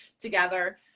together